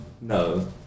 No